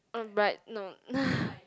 but no